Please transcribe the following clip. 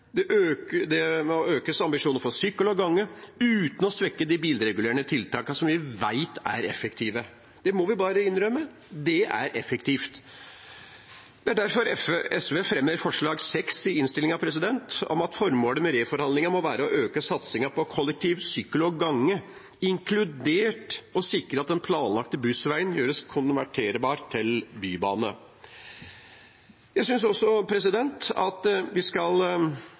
for sykkel og gange, uten å svekke de bilregulerende tiltakene som vi vet er effektive. Det må vi bare innrømme: Det er effektivt. Det er derfor SV fremmer forslag nr. 6 i innstillingen, om at formålet med reforhandlingen må være «å øke satsningen på kollektiv, sykkel og gange, inkludert å sikre at den planlagte bussveien gjøres konverterbar til bybane». Jeg synes også vi skal